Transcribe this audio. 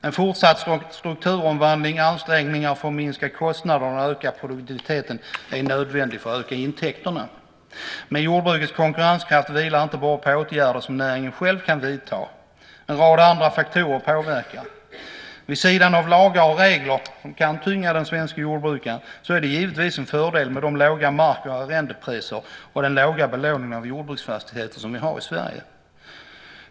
En fortsatt strukturomvandling, ansträngningar för att minska kostnaderna och öka produktiviteten är nödvändigt för att öka intäkterna. Men jordbrukets konkurrenskraft vilar inte bara på åtgärder som näringen själv kan vidta. En rad andra faktorer påverkar också. Vid sidan av lagar och regler, som kan tynga den svenska jordbrukaren, är det givetvis en fördel med de låga mark och arrendepriserna och den låga belåning av jordbruksfastigheter som vi har i Sverige.